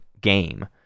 game